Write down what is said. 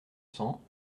cents